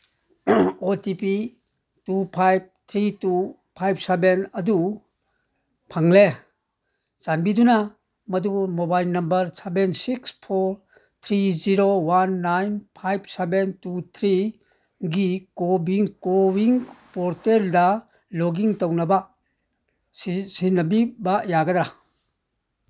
ꯑꯣ T P two five three two five seven ꯑꯗꯨ ꯐꯪꯂꯦ ꯆꯥꯟꯕꯤꯗꯨꯅ ꯃꯗꯨ mobile number seven six four three zero one nine five seven two ꯊ꯭ꯔꯤꯒꯤ CoWIN ꯄꯣꯔꯇꯦꯜꯗ ꯂꯣꯛ ꯏꯟ ꯇꯧꯅꯕ ꯁꯤꯖꯤꯟꯅꯕꯤꯕ ꯌꯥꯒꯗ꯭ꯔꯥ